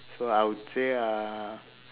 so I would say uh